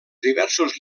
diversos